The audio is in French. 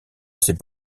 assez